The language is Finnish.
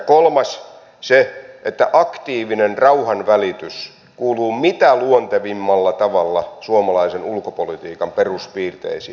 kolmas on se että aktiivinen rauhanvälitys kuuluu mitä luontevimmalla tavalla suomalaisen ulkopolitiikan peruspiirteisiin